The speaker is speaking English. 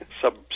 sub